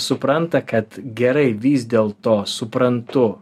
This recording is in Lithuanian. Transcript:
supranta kad gerai vis dėl to suprantu